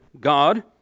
God